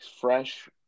fresh